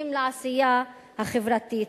ויוצאים לעשייה החברתית.